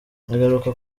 agaruka